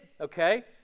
okay